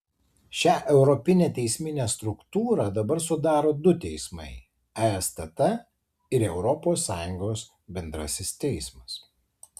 šią europinę teisminę struktūrą dabar sudaro du teismai estt ir europos sąjungos bendrasis teismas